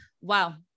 Wow